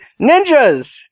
ninjas